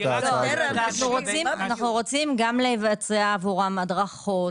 אנו רוצים לבצע עבורם הדרכות.